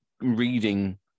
reading